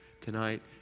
tonight